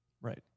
Right